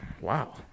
Wow